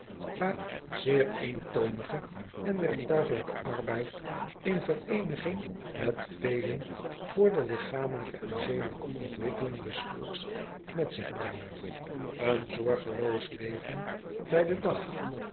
vaak zeer eentoonige en werktuigelijke arbeid in vereeniging met velen voor de lichamelijke en zedelijke ontwikkeling des volks met zich brengt en zorgeloos leven bij den dag